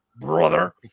Brother